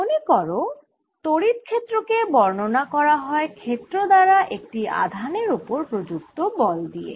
মনে করো তড়িৎ ক্ষেত্র কে বর্ণনা করা হয় ক্ষেত্র দ্বারা একটি আধানের ওপর প্রযুক্ত বল দিয়ে